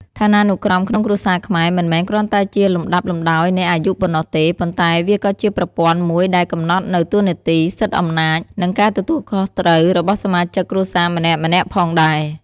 ឋានានុក្រមក្នុងគ្រួសារខ្មែរ មិនមែនគ្រាន់តែជាលំដាប់លំដោយនៃអាយុប៉ុណ្ណោះទេ ប៉ុន្តែវាក៏ជាប្រព័ន្ធមួយដែលកំណត់នូវ តួនាទី សិទ្ធិអំណាច និងការទទួលខុសត្រូវ របស់សមាជិកគ្រួសារម្នាក់ៗផងដែរ។